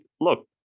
look